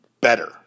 better